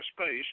space